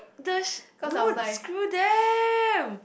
the sh~ don't screw them